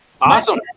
awesome